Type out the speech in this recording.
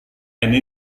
ini